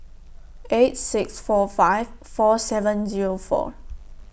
eight six four five four seven Zero four